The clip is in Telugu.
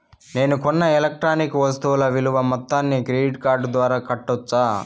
నేను కొన్న ఎలక్ట్రానిక్ వస్తువుల విలువ మొత్తాన్ని క్రెడిట్ కార్డు ద్వారా కట్టొచ్చా?